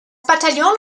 bataillon